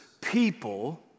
people